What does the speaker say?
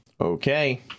Okay